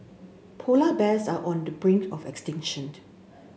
polar bears are on the brink of